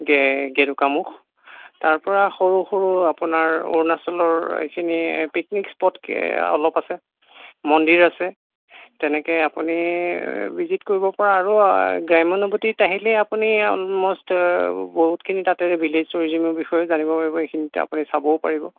গেৰুকামুখ তাৰপৰা সৰু সৰু আপোনাৰ অৰুণাচলৰ এইখিনি পিকনিক স্পট অলপ আছে মন্দিৰ আছে তেনেকৈ আপুনি ভিজিট কৰিব পৰা আৰু গ্ৰাম্যানুভূতিত আহিলে আপুনি অলমষ্ট বহুতখিনি তাতে ভিলেজ ৰিজিমিৰ বিষয়ে জানিব পাৰিব এইখিনি আপুনি চাবও পাৰিব